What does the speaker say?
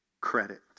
credit